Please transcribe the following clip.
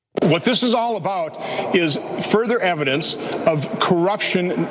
what this is all about is further evidence of corruption,